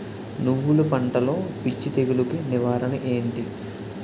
నువ్వులు పంటలో పిచ్చి తెగులకి నివారణ ఏంటి?